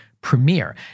Premiere